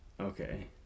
okay